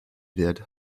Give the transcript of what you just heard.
wird